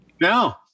No